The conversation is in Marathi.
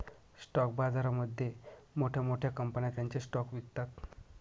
स्टॉक बाजारामध्ये मोठ्या मोठ्या कंपन्या त्यांचे स्टॉक्स विकतात